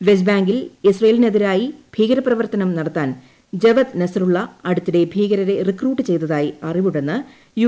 west ബാങ്കിൽ ഇസ്രയേലിനെതിരായി ഭീകരപ്രവർത്തനം നടത്താൻ ജവദ് നസ്റള്ള അടുത്തിടെ ഭീകരരെ റിക്രൂട്ട് ചെയ്തതായി അറിവുണ്ടെന്ന് യു